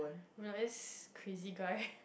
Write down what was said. got this crazy guy